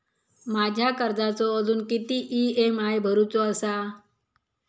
माझ्या कर्जाचो अजून किती ई.एम.आय भरूचो असा?